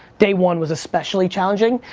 day one was especially challenging.